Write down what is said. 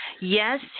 yes